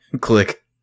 click